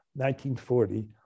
1940